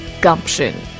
gumption